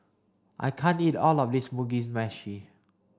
I can't eat all of this Mugi Meshi